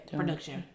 production